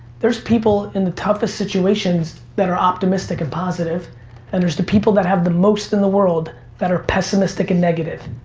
there's people in the toughest situations that are optimistic and positive and there's the people that have the most in the world that are pessimistic and negative.